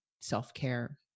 self-care